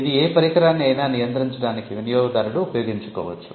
ఇది ఏ పరికరాన్ని అయినా నియంత్రించడానికి వినియోగదారుడు ఉపయోగించుకోవచ్చు